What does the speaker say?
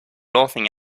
laughing